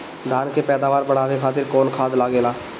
धान के पैदावार बढ़ावे खातिर कौन खाद लागेला?